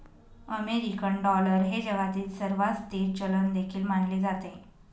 American dollar हे जगातील सर्वात स्थिर चलन देखील मानले जाते